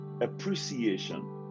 appreciation